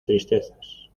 tristezas